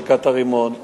זריקת הרימון.